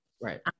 right